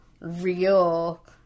real